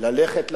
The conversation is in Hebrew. ללכת לאוהל,